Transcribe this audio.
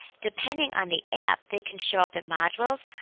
depending on the app, they can show up in modules,